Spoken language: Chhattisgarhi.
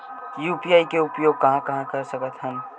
यू.पी.आई के उपयोग कहां कहा कर सकत हन?